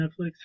Netflix